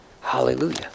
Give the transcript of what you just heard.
Hallelujah